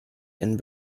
and